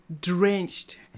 drenched